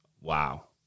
Wow